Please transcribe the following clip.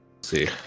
See